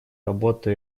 работы